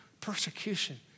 Persecution